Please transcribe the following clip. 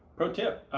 pro tip,